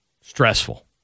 stressful